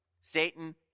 Satan